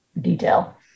detail